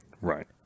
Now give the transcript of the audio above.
Right